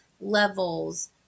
levels